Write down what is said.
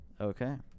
Okay